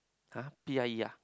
!huh! P_I_E ah